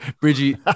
Bridgie